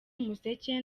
umuseke